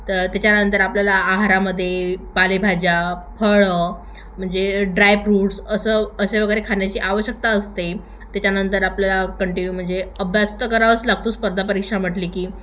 तर त्याच्यानंतर आपल्याला आहारामध्ये पालेभाज्या फळं म्हणजे ड्रायफ्रूट्स असं असे वगैरे खाण्याची आवश्यकता असते त्याच्यानंतर आपल्याला कंटिन्यू म्हणजे अभ्यास तर करावाच लागतो स्पर्धा परीक्षा म्हटली की